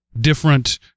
different